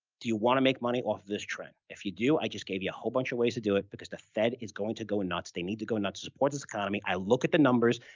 do you want to make money off of this trend? if you do, i just gave you a whole bunch of ways to do it because the fed is going to go nuts. they need to go nuts to support this economy. i look at the numbers.